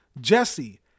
jesse